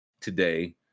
today